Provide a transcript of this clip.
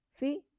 See